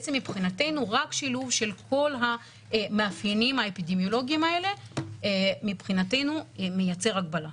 בעצם רק שילוב של כל המאפיינים האפידמיולוגיים מבחינתנו מייצר הגבלה.